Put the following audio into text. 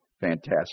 fantastic